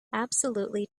absolutely